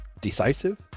decisive